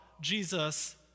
Jesus